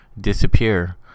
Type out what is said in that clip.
disappear